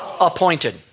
appointed